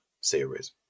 series